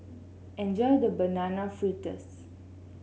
enjoy your Banana Fritters